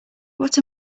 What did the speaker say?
what